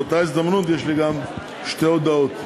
באותה הזדמנות יש לי גם שתי הודעות.